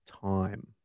time